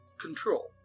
Control